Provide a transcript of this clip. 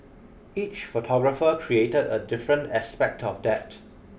each photographer created a different aspect of that